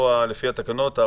לפי התקנות,